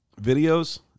videos